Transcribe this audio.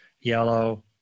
yellow